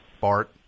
Bart